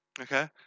Okay